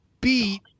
beat